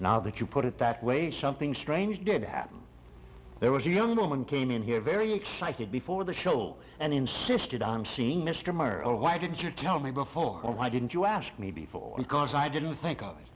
now that you put it that way something strange did happen there was a young woman came in here very excited before the show and insisted on seeing mr morrow why didn't you tell me before or why didn't you ask me before because i didn't think of